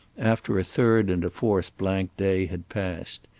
after a third and a fourth blank day had passed.